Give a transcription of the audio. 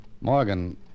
Morgan